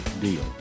deal